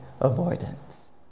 avoidance